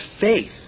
faith